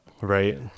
Right